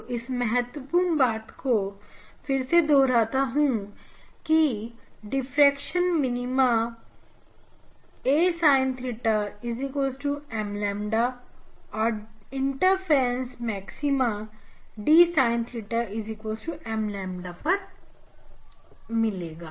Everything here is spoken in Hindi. तो इस महत्वपूर्ण बात को फिर से दोहराता हूं कि diffraction minima a sin theta m ƛ और interference maxima d sin theta n ƛ पर मिलेगा